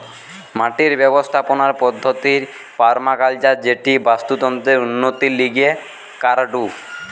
মাটির ব্যবস্থাপনার পদ্ধতির পার্মাকালচার যেটি বাস্তুতন্ত্রের উন্নতির লিগে করাঢু